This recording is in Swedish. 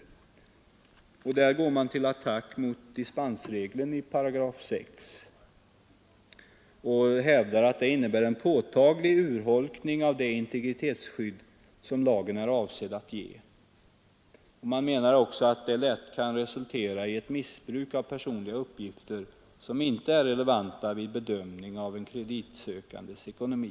Reservanterna går till attack mot dispensregeln i 6 § och hävdar att den innebär en påtaglig urholkning av det integritetsskydd som lagen är avsedd att ge och att detta lätt kan resultera i missbruk av uppgifter som inte är relevanta vid bedömning av en kreditsökandes ekonomi.